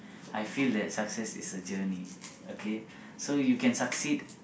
I feel that success is a journey okay so you can succeed